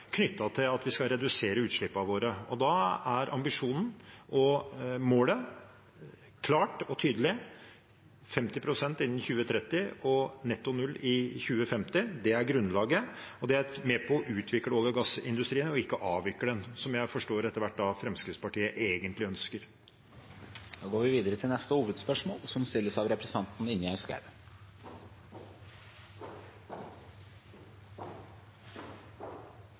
til at vi skal redusere utslippene våre. Da er ambisjonen og målet klart og tydelig: 50 pst. innen 2030 og netto null i 2050. Det er grunnlaget. Det er med på å utvikle olje- og gassindustrien, ikke avvikle den – som jeg etter hvert forstår at Fremskrittspartiet egentlig ønsker. Vi går videre til neste hovedspørsmål.